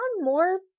more